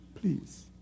please